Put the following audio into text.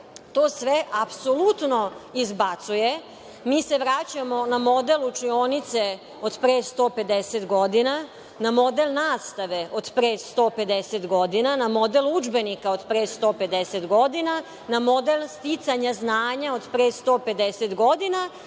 to sve apsolutno izbacuje. Mi se vraćamo na model učionice od pre 150 godina, na model nastave od pre 150 godina, na model udžbenika od pre 150 godina, na model sticanja znanja od pre 150 godina,